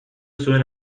zuen